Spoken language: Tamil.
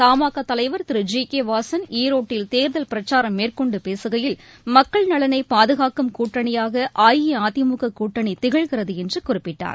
தமாகாதலைவர் திரு ஜி கேவாசன் ஈரோட்டில் தேர்தல் பிரச்சரம் மேற்கொண்டுபேசுகையில் மக்கள் நலனைபாதுகாக்கும் கூட்டணியாகஅஇஅதிமுககூட்டணிதிகழ்கிறதுஎன்றுகுறிப்பிட்டார்